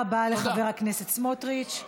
תודה רבה לחבר הכנסת סמוטריץ.